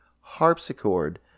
harpsichord